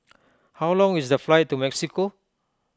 how long is the flight to Mexico